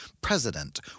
president